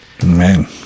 Amen